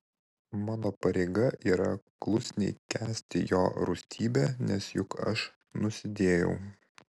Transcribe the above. mano pareiga yra klusniai kęsti jo rūstybę nes juk aš nusidėjau